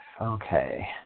Okay